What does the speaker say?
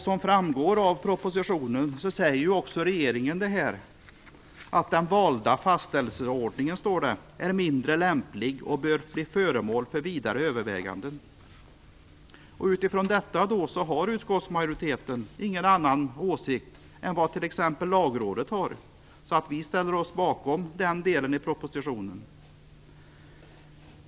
Som framgår av propositionen säger också regeringen att den valda fastställelseordningen är mindre lämplig och bör bli föremål för vidare överväganden. Utifrån detta har utskottsmajoriteten ingen annan åsikt än vad t.ex. Lagrådet har. Vi ställer oss bakom den delen av propositionen.